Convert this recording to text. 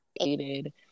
created